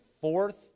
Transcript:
fourth